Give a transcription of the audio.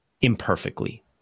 imperfectly